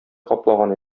каплаган